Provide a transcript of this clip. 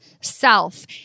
self